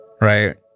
right